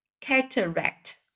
Cataract